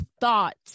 thought